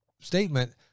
statement